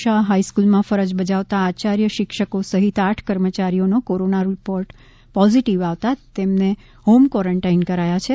શાહ હાઇસ્ફૂલમાં ફરજ બજાવતાં આચાર્ય શિક્ષકો સહિત આઠ કર્મચારીઓનો કોરોના રીપોર્ટ પોઝીટીવ આવતાં તમામને હોમ ક્વોરોન્ટાઇન કરાયા છે